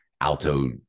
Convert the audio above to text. alto